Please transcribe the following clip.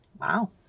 wow